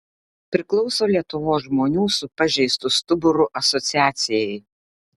priklauso lietuvos žmonių su pažeistu stuburu asociacijai